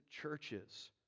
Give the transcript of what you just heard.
churches